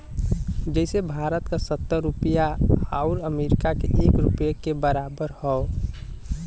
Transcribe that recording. जइसे भारत क सत्तर रुपिया आउर अमरीका के एक रुपिया के बराबर हौ